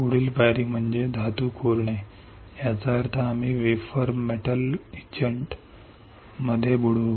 पुढील पायरी म्हणजे धातू खोदणे याचा अर्थ आम्ही वेफर मेटल इचेंटमध्ये बुडवू